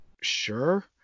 sure